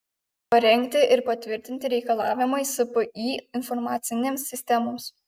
parengti ir patvirtinti reikalavimai spį informacinėms sistemoms